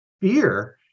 fear